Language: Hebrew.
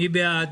מי בעד?